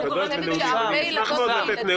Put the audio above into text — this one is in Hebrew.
אני מפחדת שהרבה ילדות ו --- מה זה, זה כבר